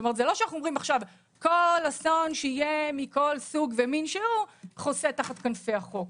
זה לא שאומרים עכשיו שכל אסון מכל סוג ומין שהוא יחסה תחת כנפי החוק.